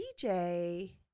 DJ